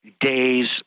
days